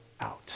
out